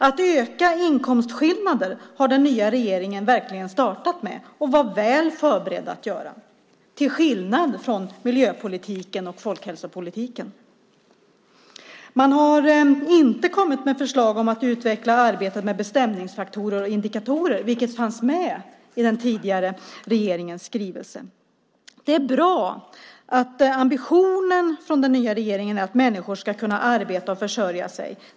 Att öka inkomstskillnader har den nya regeringen verkligen startat med och var väl förberedd att göra, till skillnad från när det gäller miljöpolitiken och folkhälsopolitiken. Man har inte kommit med förslag om att utveckla arbetet med bestämningsfaktorer och indikatorer, vilket fanns med i den tidigare regeringens skrivelse. Det är bra att ambitionen från den nya regeringen är att människor ska kunna arbeta och försörja sig.